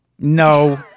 No